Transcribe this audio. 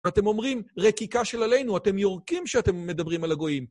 אתם אומרים, רקיקה של עלינו, אתם יורקים שאתם מדברים על הגויים.